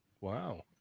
Wow